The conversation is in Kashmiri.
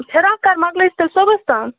فراک حظ مۄکلٲیہِ زِ تیٚلہِ صُبحس تام